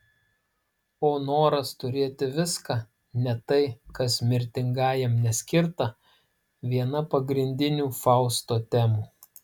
o noras turėti viską net tai kas mirtingajam neskirta viena pagrindinių fausto temų